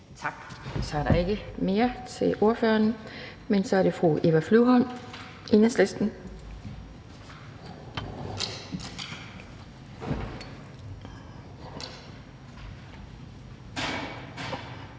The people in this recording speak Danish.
Tak. Så er der ikke flere bemærkninger til ordføreren. Så er det fru Eva Flyvholm, Enhedslisten.